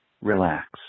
relax